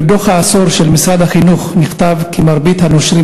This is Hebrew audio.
בדוח העשור של משרד החינוך נכתב כי מרבית הנושרים